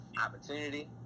opportunity